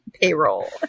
payroll